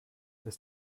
ist